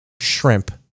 Shrimp